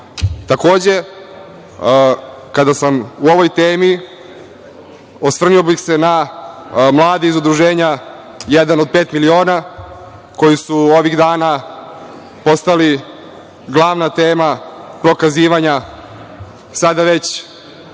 došlo. Takođe, kada sam u ovoj temi, osvrnuo bih se na mlade iz udruženja „Jedan od pet miliona“ koji su ovih dana postali glavna tema pokazivanja, sada već opozicije,